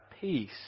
peace